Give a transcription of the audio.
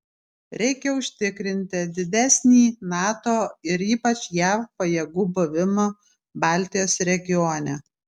reikia užtikrinti didesnį nato ir ypač jav pajėgų buvimą baltijos regione